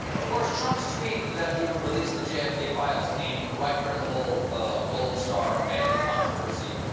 of course, trump's tweet that he would release the j f k. files came right during the whole gold star family controversy.